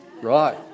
Right